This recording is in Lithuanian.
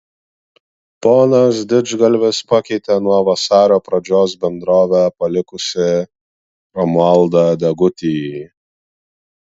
ponas didžgalvis pakeitė nuo vasario pradžios bendrovę palikusį romualdą degutį